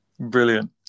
Brilliant